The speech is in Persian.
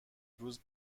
روز